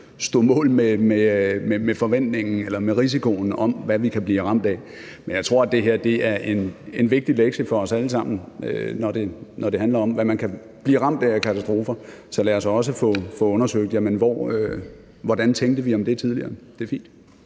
på alle områder stå mål med risikoen for, hvad vi kan blive ramt af. Men jeg tror, at det her er en vigtig lektie for os alle sammen, når det handler om, hvad man kan blive ramt af af katastrofer. Så lad os også få undersøgt, hvad vi tænkte om det tidligere. Det er fint.